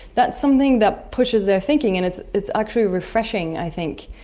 that's something that pushes their thinking, and it's it's actually refreshing i think.